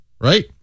right